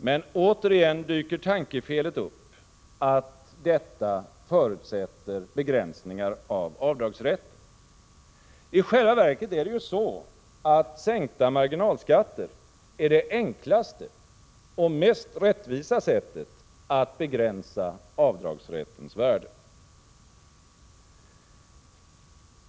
Men återigen dyker tankefelet upp att detta förutsätter begränsningar av avdragsrätten. I själva verket är det ju så att sänkta marginalskatter är det enklaste och mest rättvisa sättet att begränsa avdragsrättens värde.